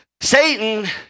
Satan